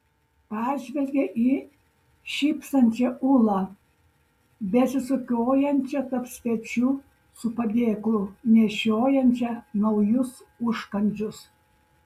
pažvelgė į šypsančią ūlą besisukiojančią tarp svečių su padėklu nešiojančią naujus užkandžius